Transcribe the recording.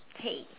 hey